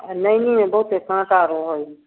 आओर नैनीमे बहुते काँटा रहै हइ